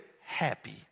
Happy